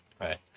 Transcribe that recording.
right